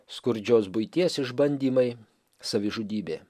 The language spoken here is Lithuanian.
skurdžios buities išbandymai savižudybė